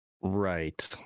right